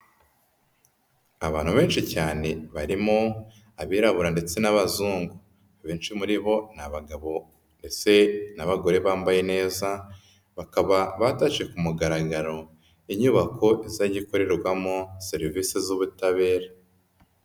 Abantu benshi cyane barimo abirabura ndetse n'abazungu, benshi muri bo ni abagabo ndetse n'abagore bambaye neza, bakaba batashye ku mugaragaro, inyubako izajya ikorerwamo serivisi z'ubutabera.